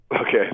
okay